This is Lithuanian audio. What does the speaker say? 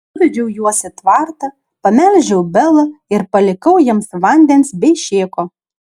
nuvedžiau juos į tvartą pamelžiau belą ir palikau jiems vandens bei šėko